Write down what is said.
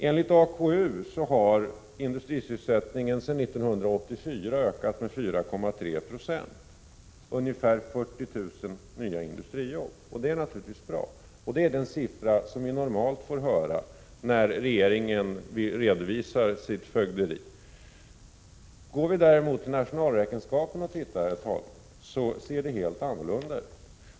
Enligt AKU har industrisysselsättningen sedan 1984 ökat med 4,3 70 — ungefär 40 000 nya industrijobb. Och det är naturligtvis bra. Det är dessa siffror som vi normalt får höra när regeringen redovisar sitt fögderi. Går vi däremot till nationalräkenskaperna och tittar, herr talman, ser läget helt annorlunda ut.